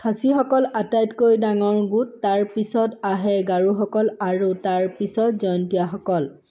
খাচীসকল আটাইতকৈ ডাঙৰ গোট তাৰ পিছত আহে গাৰোসকল আৰু তাৰ পিছত জয়ন্তীয়াসকল